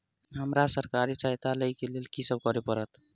हमरा सरकारी सहायता लई केँ लेल की करऽ पड़त?